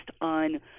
on